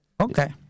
Okay